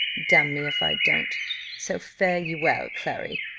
damn me if i don't so fare ye well, clary.